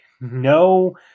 no